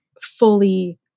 fully